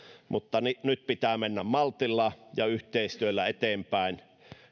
mutta nyt pitää mennä maltilla ja yhteistyöllä eteenpäin